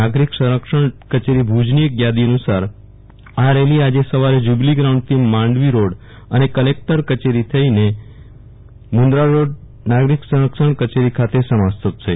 નાગરિક સંરક્ષણ કચેરી ભુજ ની એક થાદી અનુસાર આ રેલી આવતીકાલે સવારે જ્યુબિલી ગ્રાઉન્ડ થી માંડવી રોડ અને કલેકટર કચેરી થઈને મુન્દ્રા રોડ નાગરિક સંરક્ષણ કચેરી ખાતે સમાપ્ત થશે